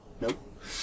nope